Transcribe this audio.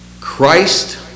Christ